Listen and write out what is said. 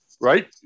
Right